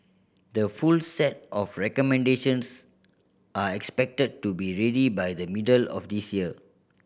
the full set of recommendations are expected to be ready by the middle of this year